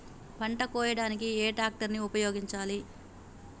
పంట కోయడానికి ఏ ట్రాక్టర్ ని ఉపయోగించాలి?